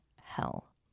hell